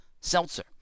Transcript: seltzer